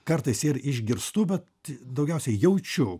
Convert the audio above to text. kartais ir išgirstų bet daugiausiai jaučiu